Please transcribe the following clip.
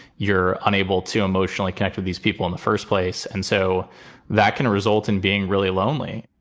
you're unable to emotionally connect with these people in the first place. and so that can result in being really lonely